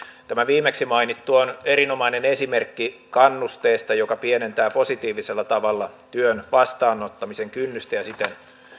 tämä viimeksi mainittu on erinomainen esimerkki kannusteesta joka pienentää positiivisella tavalla työn vastaanottamisen kynnystä ja siten